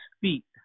feet